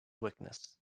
weakness